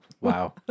wow